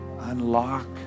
unlock